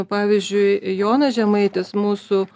pavyzdžiui jonas žemaitis mūsų